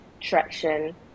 traction